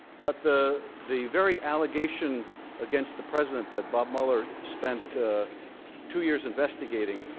but the the very allegations against the president that bob mueller spent two years investigating,